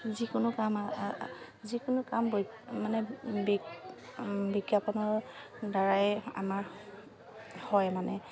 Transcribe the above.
যিকোনো কাম যিকোনো কাম মানে বিজ্ঞাপনৰ দ্বাৰাই আমাৰ হয় মানে